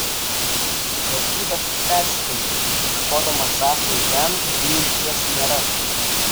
galbūt aš tik persistengiu ieškodama sąsajų ten kur jų išties nėra